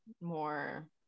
more